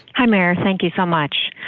i'm eric thank you so much.